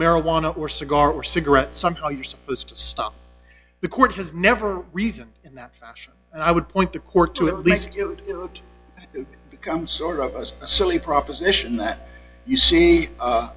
marijuana or cigar or cigarette somehow you're supposed to stop the court has never reason in that fashion and i would point the court to at least give it would become sort of a silly proposition that you see